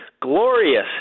glorious